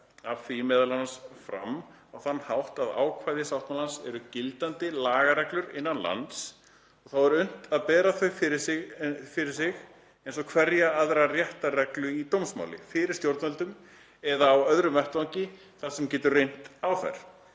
af því meðal annars fram á þann hátt að ákvæði sáttmálans eru gildandi lagareglur innan lands og er þá unnt að bera þau fyrir sig eins og hverja aðra réttarreglu í dómsmáli, fyrir stjórnvöldum eða á öðrum vettvangi þar sem getur reynt á þær.